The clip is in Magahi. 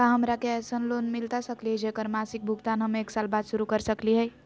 का हमरा के ऐसन लोन मिलता सकली है, जेकर मासिक भुगतान हम एक साल बाद शुरू कर सकली हई?